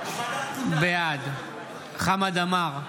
בעד חמד עמאר,